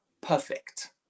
perfect